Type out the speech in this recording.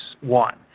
One